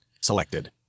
selected